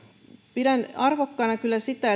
pidän arvokkaana kyllä sitä